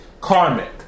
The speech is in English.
Karmic